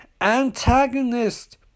antagonist